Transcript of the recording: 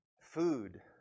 food